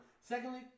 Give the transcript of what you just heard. Secondly